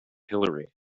hillary